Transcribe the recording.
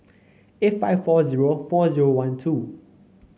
eight five four zero four zero one two